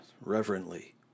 Reverently